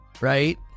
Right